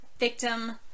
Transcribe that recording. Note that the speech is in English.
Victim